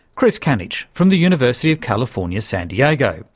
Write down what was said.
chris kanich from the university of california, san diego.